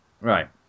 right